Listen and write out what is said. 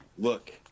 Look